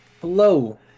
Hello